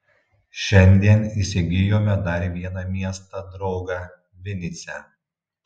šiandien įsigijome dar vieną miestą draugą vinycią